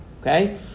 Okay